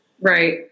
Right